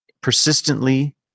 persistently